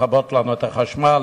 לכבות לנו את החשמל,